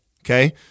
Okay